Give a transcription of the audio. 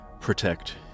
protect